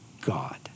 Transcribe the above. God